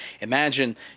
imagine